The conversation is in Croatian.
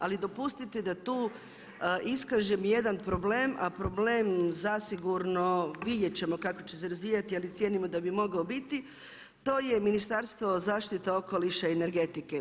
Ali dopustite da tu iskažem jedan problem, a problem zasigurno, vidjet ćemo kako će se razvijati ali cijenimo da bi mogao biti, to je Ministarstvo zaštite okoliša i energetike.